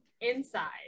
inside